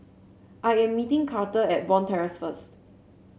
I am meeting Karter at Bond Terrace first